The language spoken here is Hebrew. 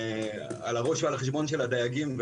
על הראש ועל החשבון של הדייגים.